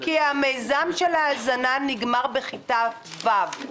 המיזם של ההזנה נגמר בכיתה ו'.